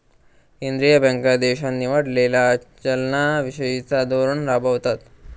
केंद्रीय बँका देशान निवडलेला चलना विषयिचा धोरण राबवतत